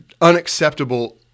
unacceptable